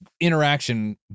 interaction